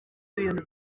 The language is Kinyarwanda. ibintu